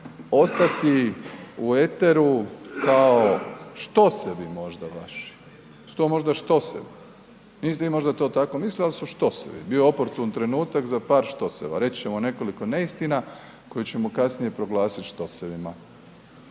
ostati u eteru kao štosevi možda vaši, su to možda štosevi, niste vi možda to tako mislili ali su štosevi, bio je oportun trenutak za par štoseva, reći ćemo nekoliko neistina koje ćemo kasnije proglasiti štosevima.